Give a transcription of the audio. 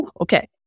okay